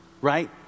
right